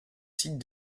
sites